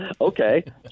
okay